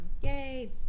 Yay